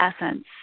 essence